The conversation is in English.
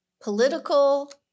political